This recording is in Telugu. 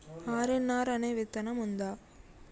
ఆర్.ఎన్.ఆర్ అనే విత్తనం ఉందా?